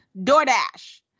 DoorDash